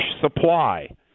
supply